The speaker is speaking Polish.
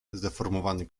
zdeformowany